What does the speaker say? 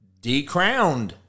decrowned